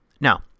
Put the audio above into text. Now